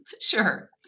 Sure